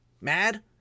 mad